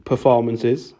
performances